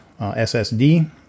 ssd